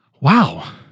Wow